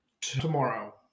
tomorrow